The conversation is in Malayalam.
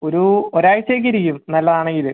ഒരു ഒരാഴ്ച്ചയൊക്കെ ഇരിക്കും നല്ലതാണെങ്കിൽ